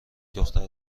دختر